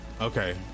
Okay